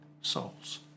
souls